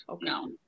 No